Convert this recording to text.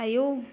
आयौ